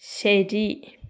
ശെരി